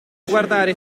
guardare